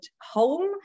home